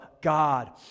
God